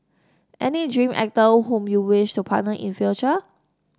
any dream actor whom you wish to partner in future